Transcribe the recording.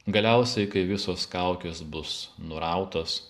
galiausiai kai visos kaukės bus nurautos